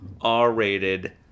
R-rated